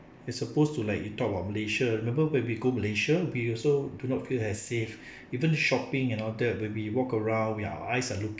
it's supposed to let you talk about malaysia remember when we go malaysia we also do not feel as safe even shopping and all that when we walked around our eyes are looking